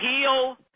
heal